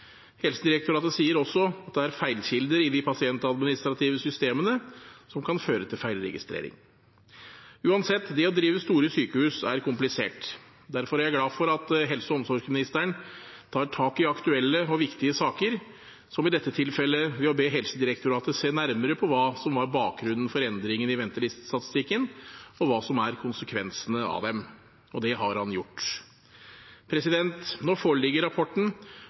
Helsedirektoratet sier også at det er feilkilder i de pasientadministrative systemene, som kan føre til feilregistrering. Uansett – det å drive store sykehus er komplisert. Derfor er jeg glad for at helse- og omsorgsministeren tar tak i aktuelle og viktige saker – som i dette tilfellet ved å be Helsedirektoratet se nærmere på hva som var bakgrunnen for endringene i ventelistestatistikken, og hva som er konsekvensene av dem. Det har han gjort. Nå foreligger rapporten,